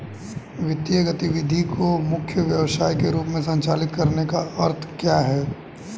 वित्तीय गतिविधि को मुख्य व्यवसाय के रूप में संचालित करने का क्या अर्थ है?